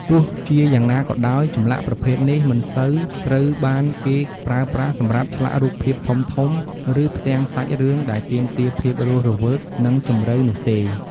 ទោះជាយ៉ាងណាក៏ដោយ ចម្លាក់ប្រភេទនេះមិនសូវត្រូវបានគេប្រើប្រាស់សម្រាប់ឆ្លាក់រូបភាពធំៗ ឬផ្ទាំងសាច់រឿងដែលទាមទារភាពរស់រវើក និងជម្រៅនោះទេ។